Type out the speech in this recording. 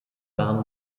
waren